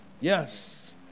Yes